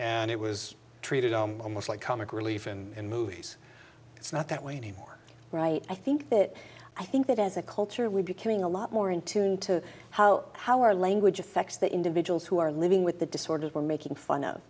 and it was treated almost like comic relief and movies it's not that way anymore right i think that i think that as a culture we're becoming a lot more in tune to how how our language affects the individuals who are living with the disorder we're making fun of